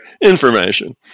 information